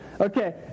Okay